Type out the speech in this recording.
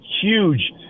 huge